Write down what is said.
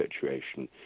situation